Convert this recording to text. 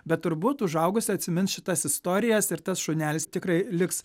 bet turbūt užaugus atsimins šitas istorijas ir tas šunelis tikrai liks